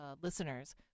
listeners